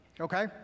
Okay